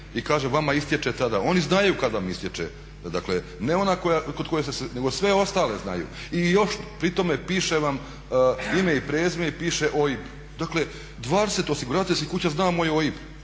i kaže vama istječe tada. Oni znaju kad vam istječe. Ne ona kod koje ste nego sve ostale znaju. I još pri tome piše vam ime i prezime i piše OIB. Dakle, 20 osiguravateljskih kuća zna moj OIB.